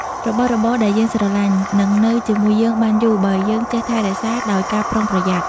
របស់របរដែលយើងស្រឡាញ់ នឹងនៅជាមួយយើងបានយូរ បើយើងចេះថែរក្សាដោយការប្រុងប្រយ័ត្ន។